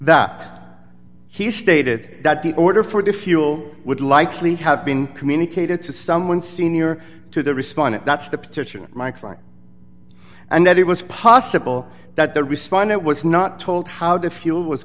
that he stated that the order for the fuel would likely have been communicated to someone senior to the respondent that's the pitcher and that it was possible that the respondent was not told how to feel was